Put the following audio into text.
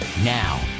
Now